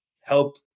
help